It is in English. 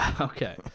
Okay